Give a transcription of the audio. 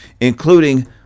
including